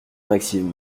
maxime